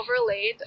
overlaid